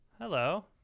Hello